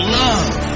love